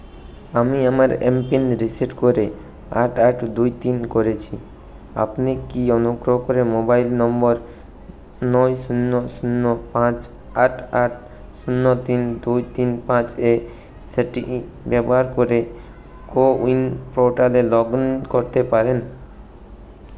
আমি আমার M PIN reset করে আট আট দুই তিন করেছি আপনি কি অনুগ্রহ করে মোবাইল নম্বর নয় শূন্য শূন্য পাঁচ আট আট শূন্য তিন দুই তিন পাঁচে সেটি ব্যবহার করে কো উইন পোর্টালে লগ ইন করতে পারেন